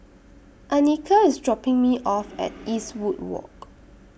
Anika IS dropping Me off At Eastwood Walk